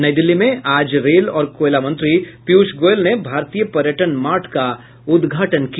नई दिल्ली में आज रेल और कोयला मंत्री पीयूष गोयल ने भारतीय पर्यटन मॉर्ट का उद्घाटन किया